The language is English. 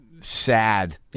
sad